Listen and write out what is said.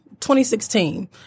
2016